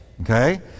okay